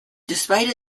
despite